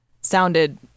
sounded